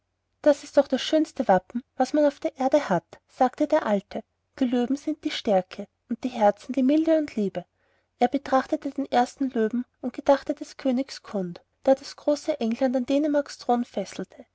das ist doch das schönste wappen was man auf der erde hat sagte der alte die löwen sind die stärke und die herzen die milde und liebe er betrachtete den ersten löwen und gedachte des königs knud der das große england an dänemarks thron fesselte